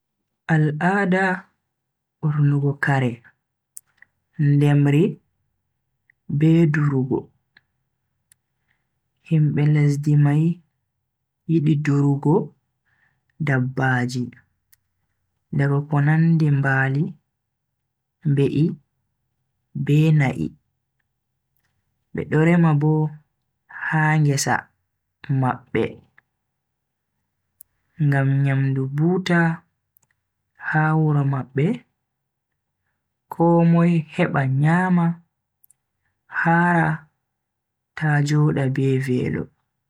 Al'ada bornugo kare, ndemri be durugo. Himbe lesdi mai yidi durugo dabbaji daga ko nandi mbali, mbe'I be na'I. be do rema bo ha ngeesa mabbe ngam nyamdu buuta ha wuro mabbe komoi heba nyama hara ta joda be velo.